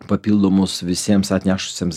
papildomus visiems atnešusiems